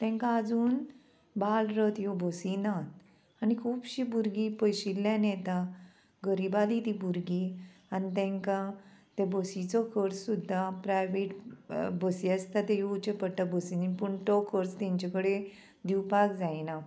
तांकां आजून बाल रथ ह्यो बसीनात आनी खुबशीं भुरगीं पयशिल्ल्यान येता गरिबाली ती भुरगीं आनी तांकां ते बसीचो खर्च सुद्दा प्रायवेट बसी आसता ते येवचे पडटा बसीनी पूण तो खर्च तेंचे कडे दिवपाक जायना